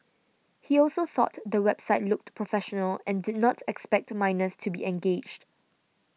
he also thought the website looked professional and did not expect minors to be engaged